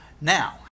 Now